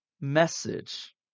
message